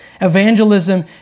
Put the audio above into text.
Evangelism